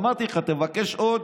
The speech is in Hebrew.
אמרתי לך, תבקש עוד,